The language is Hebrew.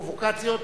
פרובוקציות